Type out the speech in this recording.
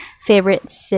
favorite